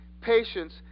patience